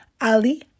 Ali